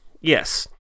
Yes